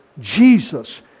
Jesus